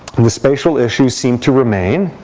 and the spatial issue seem to remain.